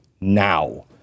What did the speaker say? now